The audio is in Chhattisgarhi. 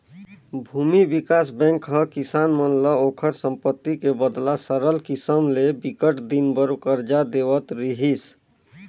भूमि बिकास बेंक ह किसान मन ल ओखर संपत्ति के बदला सरल किसम ले बिकट दिन बर करजा देवत रिहिस